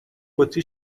بطری